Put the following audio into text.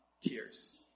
tears